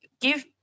give